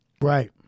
Right